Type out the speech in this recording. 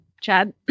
Chad